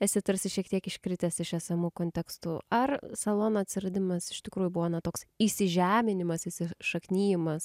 esi tarsi šiek tiek iškritęs iš esamų kontekstų ar salono atsiradimas iš tikrųjų buvo na toks įsižeminimasis i šaknijimas